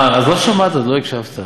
אז לא שמעת, אז לא הקשבת.